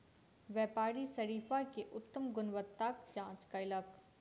व्यापारी शरीफा के उत्तम गुणवत्ताक जांच कयलक